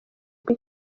ubwo